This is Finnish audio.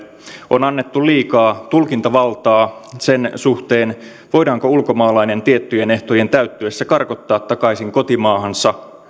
on annettu liikaa tulkintavaltaa sen suhteen voidaanko ulkomaalainen tiettyjen ehtojen täyttyessä karkottaa takaisin kotimaahansa